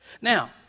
Now